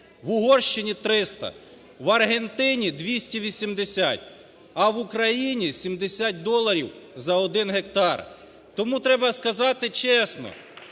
в Угорщині – 300, в Аргентині – 280, а в Україні – 70 доларів за один гектар. Тому треба сказати чесно,